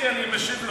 אני, אני משיב לו.